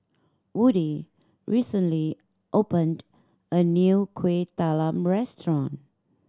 Woody recently opened a new Kuih Talam restaurant